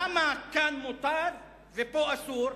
למה כאן מותר ופה אסור?